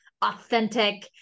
authentic